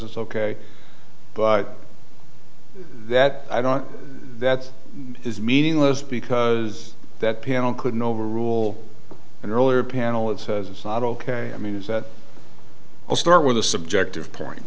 it's ok but that i don't that is meaningless because that panel couldn't overrule an earlier panel it says it's not ok i mean is that i'll start with a subjective point